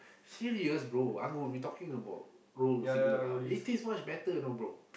serious bro Angun we talking about roll cigarette ah it tastes so much better know bro